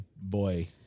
boy